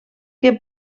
que